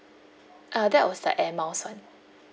uh that was the air miles [one]